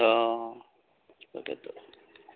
অঁ তাকেইতো